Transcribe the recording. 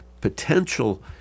potential